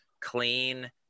clean